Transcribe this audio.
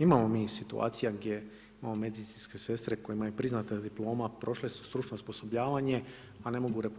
Imamo mi situacija gdje imamo medicinske sestre kojima je priznata diploma, prošle su stručno osposobljavanje, a ne mogu u RH